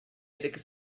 ireki